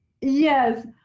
Yes